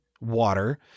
water